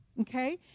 Okay